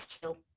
chill